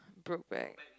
Brokeback